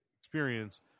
experience